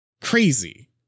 Crazy